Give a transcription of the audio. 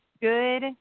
Good